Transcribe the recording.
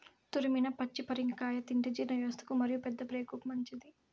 తురిమిన పచ్చి పరింగర కాయ తింటే జీర్ణవ్యవస్థకు మరియు పెద్దప్రేగుకు మంచిది